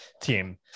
team